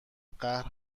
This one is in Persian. قهر